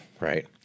right